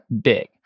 big